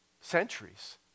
centuries